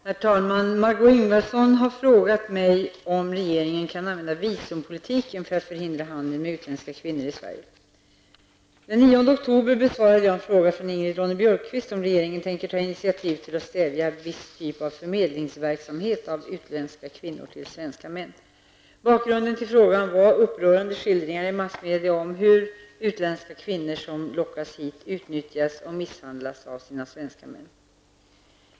Herr talman! Margó Ingvardsson har frågat mig om regeringen kan använda visumpolitiken för att förhindra handeln med utländska kvinnor i Sverige. Den 9 oktober besvarade jag en fråga från Ingrid Ronne-Björkqvist om regeringen tänker ta initiativ för att stävja viss typ av förmedling av utländska kvinnor till svenska män. Bakgrunden till frågan var upprörande skildringar i massmedia om hur utländska kvinnor, som lockats hit, utnyttjas och misshandlas av sina svenska män.